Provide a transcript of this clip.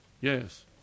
yes